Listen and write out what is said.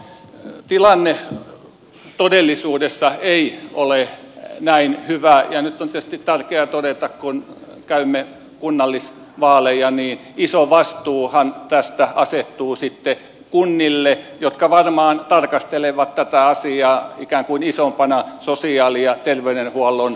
no tilanne todellisuudessa ei ole näin hyvä ja nyt on tietysti tärkeää todeta kun käymme kunnallisvaaleja että iso vastuuhan tästä asettuu sitten kunnille jotka varmaan tarkastelevat tätä asiaa ikään kuin isompana sosiaali ja terveydenhuollon kokonaisuutena